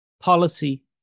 policy